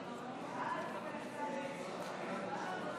גם אני רוצה להצביע בעד.